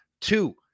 two